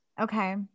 Okay